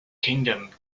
kingdom